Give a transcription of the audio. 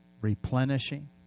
replenishing